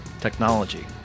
technology